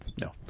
No